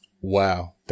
Wow